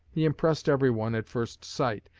he impressed every one, at first sight,